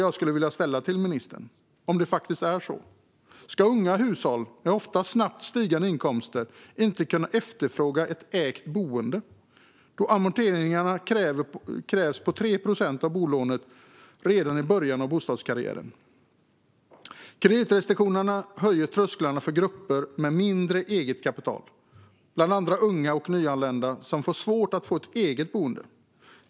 Jag vill fråga ministern om det faktiskt är så. Ska unga hushåll, med ofta snabbt stigande inkomster, inte kunna efterfråga ett ägt boende, då det krävs amorteringar på 3 procent av bolånet redan i början av bostadskarriären? Kreditrestriktionerna höjer trösklarna för grupper med mindre eget kapital, bland andra unga och nyanlända, som får svårt att få ett eget boende.